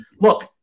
look